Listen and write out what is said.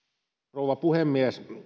rouva puhemies